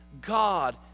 God